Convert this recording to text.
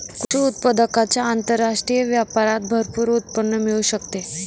कृषी उत्पादकांच्या आंतरराष्ट्रीय व्यापारात भरपूर उत्पन्न मिळू शकते